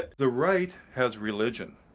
the right has religion.